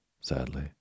sadly